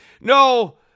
no